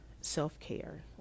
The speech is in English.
self-care